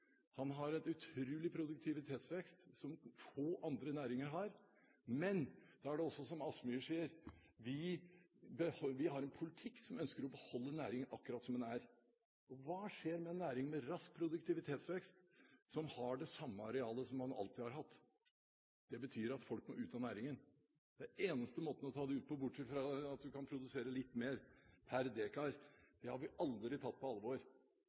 Han bidrar til en utrolig produktivitetsvekst, som få andre næringer gjør. Men det er også som Kielland Asmyhr sier: Man har en politikk som ønsker å beholde næringen akkurat slik den er. Hva skjer med en næring med rask produktivitetsvekst, som har det samme arealet som man alltid har hatt? Det betyr at folk må ut av næringen. Det er den eneste måten å ta det ut på, bortsett fra at man kan produsere litt mer per dekar. Det har vi aldri tatt på alvor.